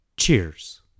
Cheers